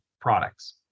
products